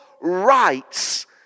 rights